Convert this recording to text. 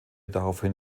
daraufhin